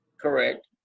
Correct